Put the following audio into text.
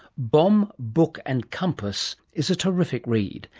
bomb, book and compass is a terrific read,